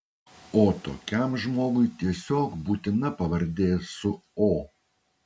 o tokiam žmogui tiesiog būtina pavardė su o